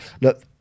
look